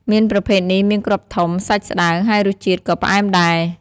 មៀនប្រភេទនេះមានគ្រាប់ធំ សាច់ស្តើង ហើយរសជាតិក៏ផ្អែមដែរ។